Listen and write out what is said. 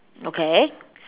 okay